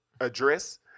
address